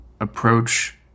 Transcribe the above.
approach